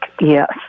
yes